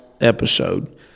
episode